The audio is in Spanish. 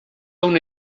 una